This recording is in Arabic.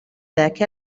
ذاك